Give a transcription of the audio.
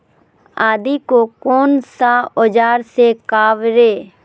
आदि को कौन सा औजार से काबरे?